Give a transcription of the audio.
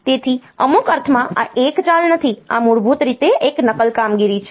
તેથી અમુક અર્થમાં આ એક ચાલ નથી આ મૂળભૂત રીતે એક નકલ કામગીરી છે